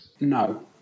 no